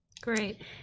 Great